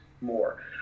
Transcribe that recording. more